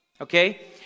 okay